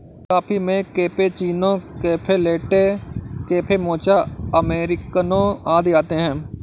coffee में cappuccino, cafe latte, cafe mocha, अमेरिकनों आदि आते है